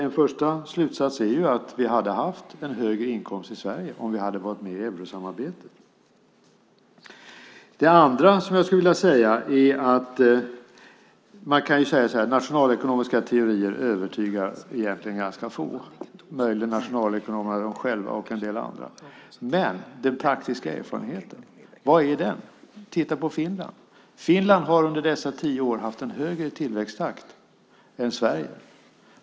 En första slutsats är alltså att vi hade haft en högre inkomst i Sverige om vi hade varit med i eurosamarbetet. Det andra som jag skulle vilja säga är att man kan säga att nationalekonomiska teorier egentligen övertygar ganska få, möjligen nationalekonomerna själva och en del andra. Men den praktiska erfarenheten, vad är den? Titta på Finland! Finland har under dessa tio år haft en högre tillväxttakt än Sverige.